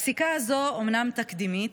הפסיקה הזו אומנם תקדימית,